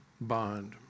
bond